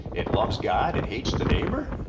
it loves god, it hates the neighbor